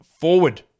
forward